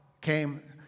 came